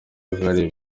uruhare